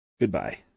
Goodbye